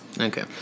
Okay